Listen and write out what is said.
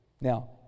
Now